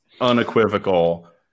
unequivocal